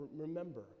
remember